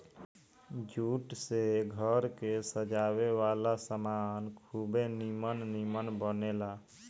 jute से घर के सजावे वाला सामान खुबे निमन निमन बनेला